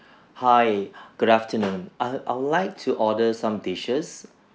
hi good afternoon err I would like to order some dishes